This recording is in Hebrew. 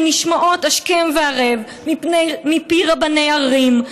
שנשמעות השכם והערב מפי רבני ערים,